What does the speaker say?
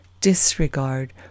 disregard